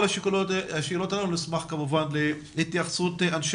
על כל השאלות הללו נשמח כמובן להתייחסות מאנשי